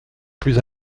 plus